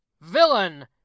Villain